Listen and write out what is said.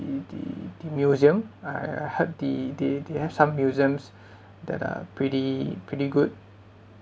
the the the museum I heard the the there are some museums that are pretty pretty good